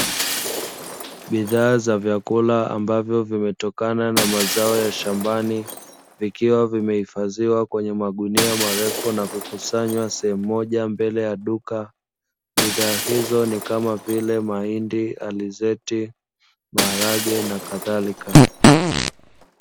Bidhaa za vyakula ambavyo vimetokana na mazao ya shambani, vikiwa vimehifadhiwa kwenye magunia marefu na kukusanywa sehemu moja mbele ya duka, bidhaa hizo ni kama vile mahindi, alizeti, maharage na kadhalika.